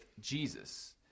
Jesus